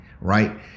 right